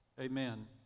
amen